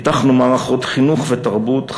פיתחנו מערכות חינוך ותרבות,